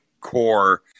core